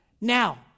Now